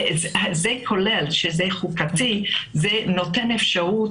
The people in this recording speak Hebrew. כאשר זה חוקתי זה נותן אפשרות